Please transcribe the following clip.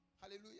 Hallelujah